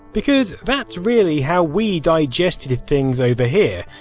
because that's really how we digested things over here.